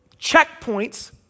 checkpoints